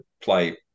play